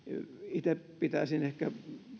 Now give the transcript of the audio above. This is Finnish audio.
itse pitäisin ehkä